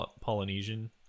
Polynesian